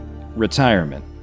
retirement